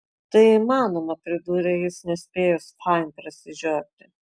tai įmanoma pridūrė jis nespėjus fain prasižioti